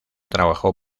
trabajó